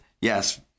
Yes